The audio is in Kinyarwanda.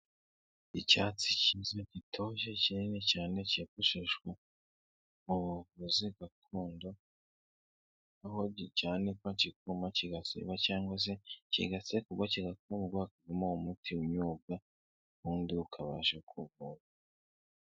fdxghjbkl;'lk;jdghjkl;lkjhgfdghjklgfdszdfghjkhgfdsfgvccvcecex6erxe5ecnbn b xgzfdzfxf bsarx